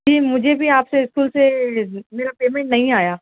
جی مجھے بھی آپ سے اسکول سے میرا پیمنٹ نہیں آیا